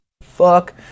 fuck